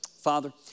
Father